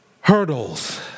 hurdles